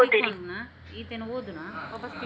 ಸಾವಯವದಲ್ಲಿ ಕೀಟನಾಶಕವನ್ನು ಹೇಗೆ ಬಳಸುವುದು ಅಥವಾ ಯಾವುದು?